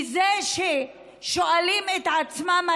מזה שהתלמידים שואלים את עצמם: